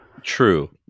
True